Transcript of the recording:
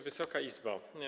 Wysoka Izbo!